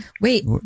Wait